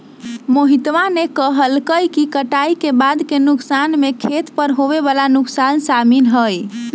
मोहितवा ने कहल कई कि कटाई के बाद के नुकसान में खेत पर होवे वाला नुकसान शामिल हई